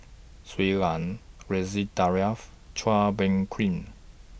Shui Lan Ridzwan Dzafir Chua Bang Queen